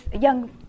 young